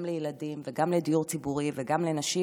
לילדים וגם לדיור ציבורי וגם לנשים.